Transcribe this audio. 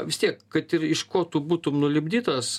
vis tiek kad ir iš ko tu būtum nulipdytas